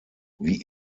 wie